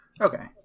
Okay